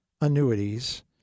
annuities